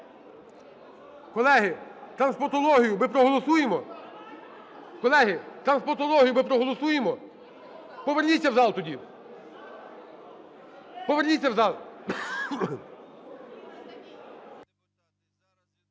Колеги, трансплантологію ми проголосуємо? Поверніться в зал тоді.